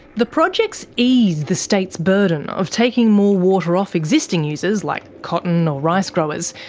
the projects ease the states' burden of taking more water off existing users, like cotton or rice growers,